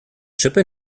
schippe